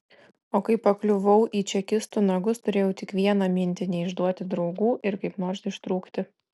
o kai pakliuvau į čekistų nagus turėjau tik vieną mintį neišduoti draugų ir kaip nors ištrūkti